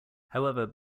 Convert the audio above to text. however